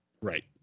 Right